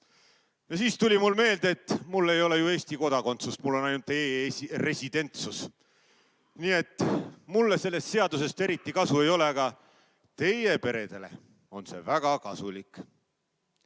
Ja siis tuli mulle meelde, et mul ei ole ju Eesti kodakondsust, mul on ainult e‑residentsus. Nii et mulle sellest seadusest eriti kasu ei ole, aga teie peredele on see väga kasulik.